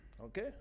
Okay